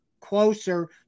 closer